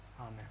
Amen